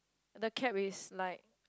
the cap is like